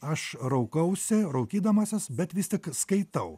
aš raukausi raukydamasis bet vis tik skaitau